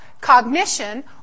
cognition